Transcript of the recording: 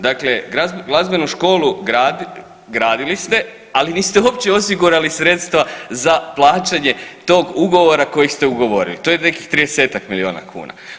Dakle, glazbenu školu gradi, gradili ste, ali niste uopće osigurali sredstva za plaćanje tog ugovora kojeg ste ugovorili, to je nekih 30-ak milijuna kuna.